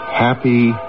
Happy